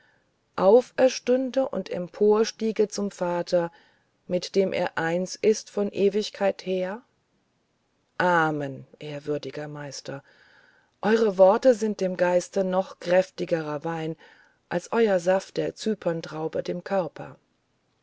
auferstünde und emporstiege zum vater mit dem er eins ist von ewigkeit her amen ehrwürdiger meister eure worte sind dem geiste noch kräftigerer wein als euer saft der cyperntraube dem körper